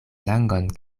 langon